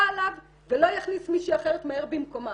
עליו ולא אכניס מישהי אחרת מהר במקומה,